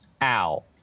Al